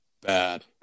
bad